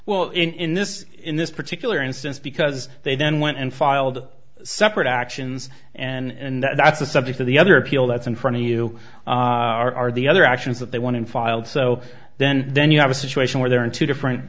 well in this in this particular instance because they then went and filed separate actions and that's the subject of the other appeal that's in front of you are the other actions that they wanted filed so then then you have a situation where there are two different